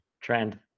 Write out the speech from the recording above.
Trend